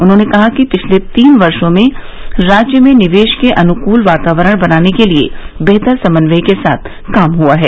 उन्होंने कहा कि पिछले तीन वर्षों में राज्य में निवेश के अनुकूल वातावरण बनाने के लिये बेहतर समन्वय के साथ काम हुआ है